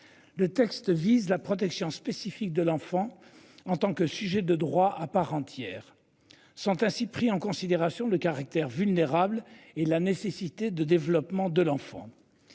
Le texte vise la protection spécifique de l'enfant en tant que sujet de droit à part entière sont ainsi pris en considération le caractère vulnérable et la nécessité de développement de l'enfant.